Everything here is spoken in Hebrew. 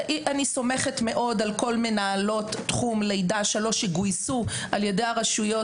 אני סומכת מאוד על כל מנהלות תחום לידה שלוש שגוייסו על-ידי הרשויות